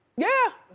yeah.